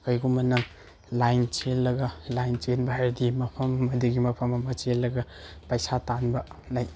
ꯀꯔꯤꯒꯨꯝꯕ ꯅꯪ ꯂꯥꯏꯟ ꯆꯦꯜꯂꯒ ꯂꯥꯏꯟ ꯆꯦꯟꯕ ꯍꯥꯏꯔꯗꯤ ꯃꯐꯝ ꯑꯃꯗꯒꯤ ꯃꯐꯝ ꯑꯃ ꯆꯦꯜꯂꯒ ꯄꯩꯁꯥ ꯇꯥꯟꯕ ꯂꯩ